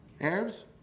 Arabs